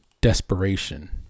desperation